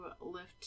lift